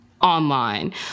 online